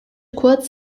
kurz